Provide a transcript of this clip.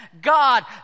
God